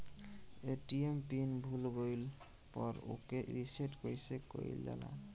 ATM pin भूल गईल पर ओके रीसेट कइसे कइल जाला?